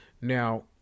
Now